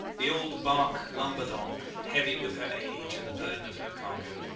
the old bark lumbered on, heavy with her age and the burden of her cargo,